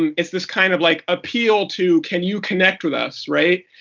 it's this kind of like appeal to can you connect with us? right?